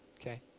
Okay